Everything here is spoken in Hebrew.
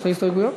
שתי הסתייגויות.